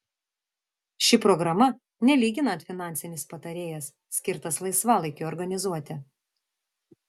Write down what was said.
ši programa nelyginant finansinis patarėjas skirtas laisvalaikiui organizuoti